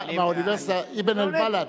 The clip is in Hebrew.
"אבן אל-בלד".